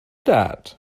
that